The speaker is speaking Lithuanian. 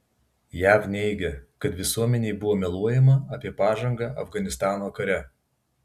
jav neigia kad visuomenei buvo meluojama apie pažangą afganistano kare